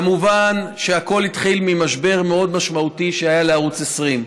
מובן שהכול התחיל ממשבר מאוד משמעותי שהיה לערוץ 20,